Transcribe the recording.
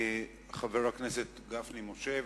חבר הכנסת גפני משה,